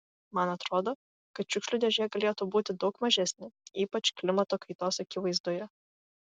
man atrodo kad šiukšlių dėžė galėtų būti daug mažesnė ypač klimato kaitos akivaizdoje